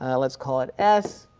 let's call it s,